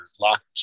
locked